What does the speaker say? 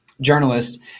journalist